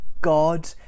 God